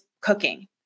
cooking